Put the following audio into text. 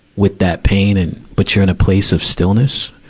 with that pain and, but you're in a place of stillness,